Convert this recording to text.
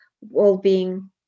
well-being